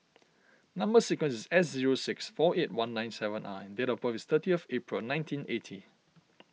Number Sequence is S zero six four eight one nine seven R date of birth is thirty of April nineteen eighty